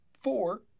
Four